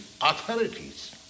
authorities